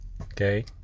Okay